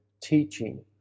teaching